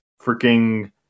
freaking